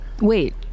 wait